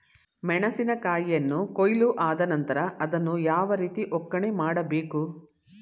ಮೆಣಸಿನ ಕಾಯಿಯನ್ನು ಕೊಯ್ಲು ಆದ ನಂತರ ಅದನ್ನು ಯಾವ ರೀತಿ ಒಕ್ಕಣೆ ಮಾಡಬೇಕು?